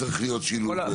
צריך להיות שילוב.